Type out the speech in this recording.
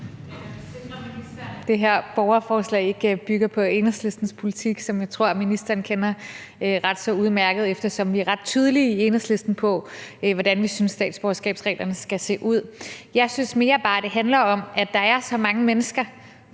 det her borgerforslag ikke bygger på Enhedslistens politik, som jeg tror ministeren kender så udmærket, eftersom vi er ret tydelige i Enhedslisten, med hensyn til hvordan vi synes statsborgerskabsreglerne skal se ud. Jeg synes bare mere, det handler om, at der er så mange mennesker,